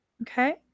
Okay